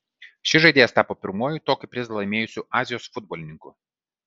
šis žaidėjas tapo pirmuoju tokį prizą laimėjusiu azijos futbolininku